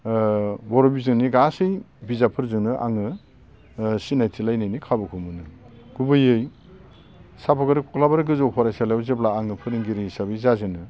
ओ बर'बिजोंनि गासै बिजाबफोरजोंनो आङो ओ सिनायथि लायनायनि खाबुखौ मोनो गुबैयै सा बागोर कख्लाबारि गोजौ फरायसालियाव जेब्ला आङो फोरोंगिरि हिसाबै जाजेनो